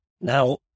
Now